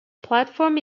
platform